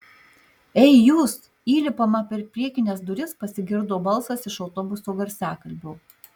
ei jūs įlipama per priekines duris pasigirdo balsas iš autobuso garsiakalbio